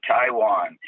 Taiwan